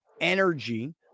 energy